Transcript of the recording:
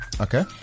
Okay